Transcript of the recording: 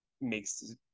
makes